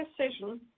decision